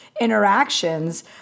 interactions